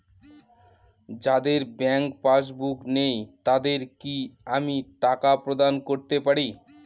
যাদের bank passbook নেই তাদের কি আমি টাকা প্রদান করতে পারি?